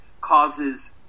causes